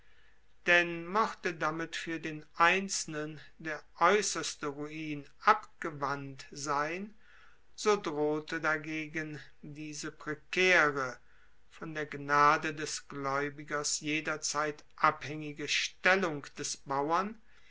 denn mochte damit fuer den einzelnen der aeusserste ruin abgewandt sein so drohte dagegen diese prekaere von der gnade des glaeubigers jederzeit abhaengige stellung des bauern